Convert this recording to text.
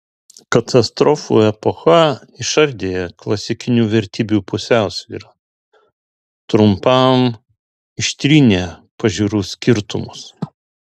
katastrofų epocha išardė klasikinių vertybių pusiausvyrą trumpam ištrynė pažiūrų skirtumus